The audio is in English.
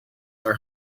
are